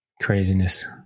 Craziness